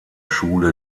schule